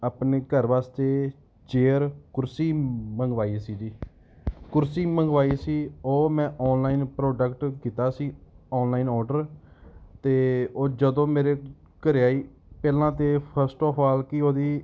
ਆਪਣੇ ਘਰ ਵਾਸਤੇ ਚੇਅਰ ਕੁਰਸੀ ਮੰਗਵਾਈ ਸੀ ਜੀ ਕੁਰਸੀ ਮੰਗਵਾਈ ਸੀ ਉਹ ਮੈਂ ਔਨਲਾਈਨ ਪ੍ਰੋਡਕਟ ਕੀਤਾ ਸੀ ਔਨਲਾਈਨ ਔਡਰ ਅਤੇ ਉਹ ਜਦੋਂ ਮੇਰੇ ਘਰ ਆਈ ਪਹਿਲਾਂ ਤਾਂ ਫਸਟ ਆਫ ਆਲ ਕਿ ਉਹਦੀ